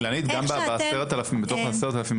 גם בתוך ה-10,000,